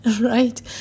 Right